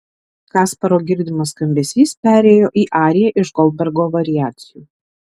kasparo girdimas skambesys perėjo į ariją iš goldbergo variacijų